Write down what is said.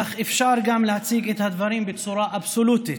אך אפשר גם להציג את הדברים בצורה אבסולוטית,